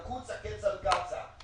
זה שיקוץ הקץ על קצא"א.